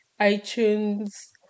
iTunes